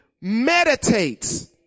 meditates